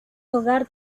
hogar